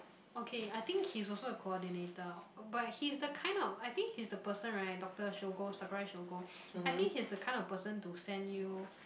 okay I think he is also a coordinator but he is the kind of I think he is the person right Doctor-Shogo Sakurai-Shogo I think he is the kind of person to send you